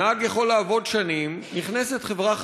נהג יכול לעבוד שנים, נכנסת חברה חדשה,